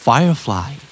Firefly